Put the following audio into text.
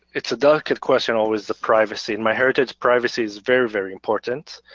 it's a delicate question always the privacy. and myheritage privacy's very, very important.